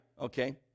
Okay